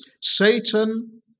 Satan